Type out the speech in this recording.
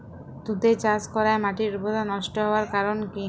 তুতে চাষ করাই মাটির উর্বরতা নষ্ট হওয়ার কারণ কি?